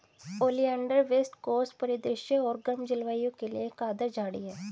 oleander west coast परिदृश्य और गर्म जलवायु के लिए एक आदर्श झाड़ी है